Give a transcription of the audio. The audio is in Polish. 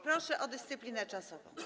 Proszę o dyscyplinę czasową.